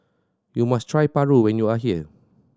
you must try paru when you are here